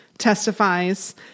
testifies